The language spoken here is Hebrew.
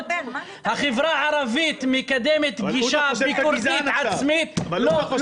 החברה הערבית גישה ביקורתית עצמית ----- -שאתה גזען.